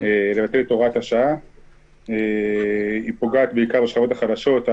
כי היא פוגעת בשכבות החלשות,